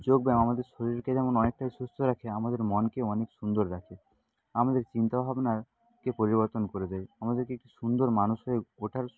যোগব্যায়াম আমাদের শরীরকে যেমন অনেকটাই সুস্থ রাখে আমাদের মনকেও অনেক সুন্দর রাখে আমাদের চিন্তা ভাবনার কে পরিবর্তন করে দেয় আমাদেরকে একটি সুন্দর মানুষ হয়ে ওঠার